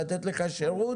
לתת לך שירות.